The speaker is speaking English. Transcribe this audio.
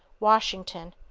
washington,